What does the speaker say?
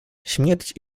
śmierć